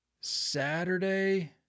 Saturday